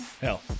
hell